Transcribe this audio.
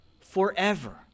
Forever